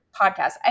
podcast